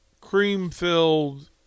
cream-filled